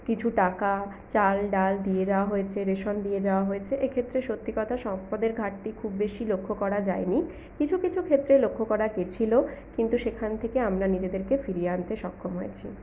কিছু টাকা চাল ডাল দিয়ে যাওয়া হয়েছে রেশন দিয়ে যাওয়া হয়েছে এক্ষেত্রে সত্যি কথা সম্পদের ঘাটতি খুব বেশি লক্ষ্য করা যায়নি কিছু কিছু ক্ষেত্রে লক্ষ্য করা গেছিলো কিন্তু সেখানে থেকে আমরা নিজেদেরকে ফিরিয়ে আনতে সক্ষম হয়েছি